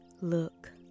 look